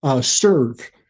serve